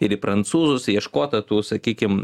ir į prancūzus ieškota tų sakykim